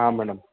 ಹಾಂ ಮೇಡಮ್